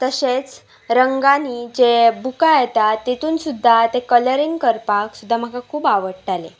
तशेंच रंगांनी जे बुकां येता तेतून सुद्दा तें कलरींग करपाक सुद्दा म्हाका खूब आवडटालें